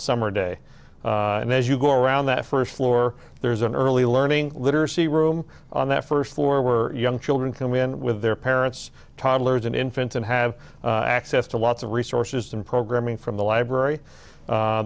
summer day and as you go around that first floor there's an early learning literacy room on that first floor were young children come in with their parents toddlers and infants and have access to lots of resources and programming from the library